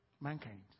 Mankind